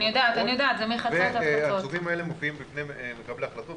אני יודעת, אני יודעת, זה מחצות עד חצות.